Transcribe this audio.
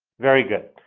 very good.